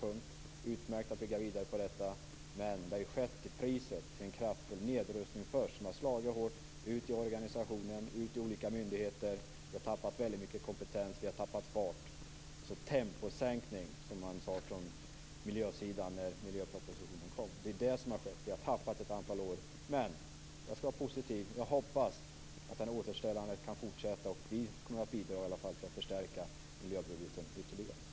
Det är utmärkt att bygga vidare på detta, men det har ju skett till priset av en kraftfull nedrustning som har slagit hårt ut i organisationer och olika myndigheter. Vi har tappat väldigt mycket kompetens och fart, alltså en temposänkning, som man sade från miljösidan när miljöpropositionen kom. Det som har skett är att vi har tappat ett antal år. Men jag skall vara positiv och hoppas att återställandet kan fortsätta. Vi kommer i alla fall att bidra till att förstärka miljöbudgeten ytterligare.